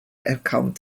erkannt